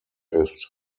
ist